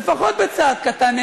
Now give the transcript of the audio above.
לפחות בצעד קטן,